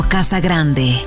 Casagrande